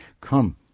Come